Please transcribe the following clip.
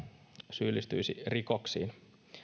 syyllistyisi rikoksiin